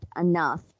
enough